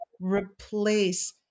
replace